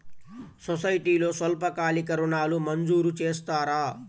సొసైటీలో స్వల్పకాలిక ఋణాలు మంజూరు చేస్తారా?